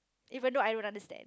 even though I don't understand